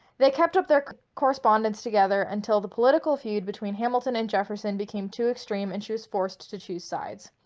they kept up their correspondence together until the political feud between hamilton and jefferson became too extreme and she was forced to choose sides.